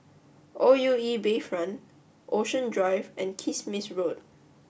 O U E Bayfront Ocean Drive and Kismis Road